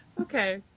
Okay